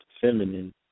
feminine